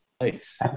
Nice